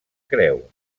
creu